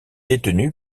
détenu